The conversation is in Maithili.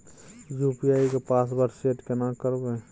यु.पी.आई के पासवर्ड सेट केना करबे?